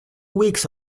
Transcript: weeks